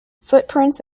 footprints